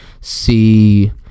See